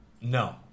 No